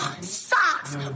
socks